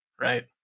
right